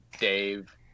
Dave